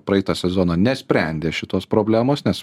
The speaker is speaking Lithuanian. praeitą sezoną nesprendė šitos problemos nes